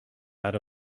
out